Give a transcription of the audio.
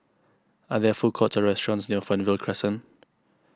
are there food courts or restaurants near Fernvale Crescent